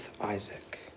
Isaac